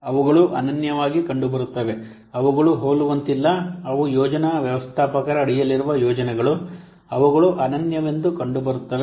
ಅವುಗಳು ಅನನ್ಯವಾಗಿ ಕಂಡುಬರುತ್ತವೆ ಅವುಗಳು ಹೋಲುವಂತಿಲ್ಲ ಅವು ಯೋಜನಾ ವ್ಯವಸ್ಥಾಪಕರ ಅಡಿಯಲ್ಲಿರುವ ಯೋಜನೆಗಳು ಅವುಗಳು ಅನನ್ಯವೆಂದು ಕಂಡುಬರುತ್ತವೆ